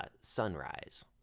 Sunrise